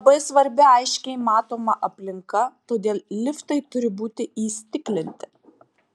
labai svarbi aiškiai matoma aplinka todėl liftai turi būti įstiklinti